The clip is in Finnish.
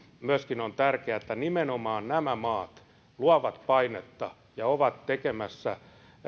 myöskin on tärkeää että nimenomaan nämä maat luovat painetta ja ovat tekemässä